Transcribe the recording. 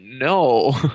no